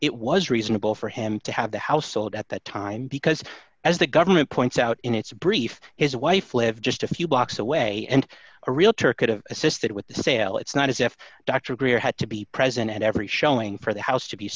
it was reasonable for him to have the house sold at that time because as the government points out in its brief his wife lived just a few blocks away and a realtor could have assisted with the sale it's not as if dr greer had to be present at every showing for the house to be